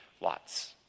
lots